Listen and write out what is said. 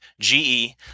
GE